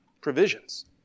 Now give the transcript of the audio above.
provisions